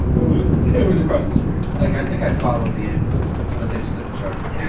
it was it was across the street. and like i think i followed the ambulance, but they just didn't charge us.